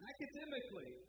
Academically